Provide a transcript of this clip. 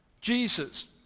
Jesus